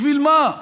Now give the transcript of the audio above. בשביל מה?